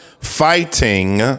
fighting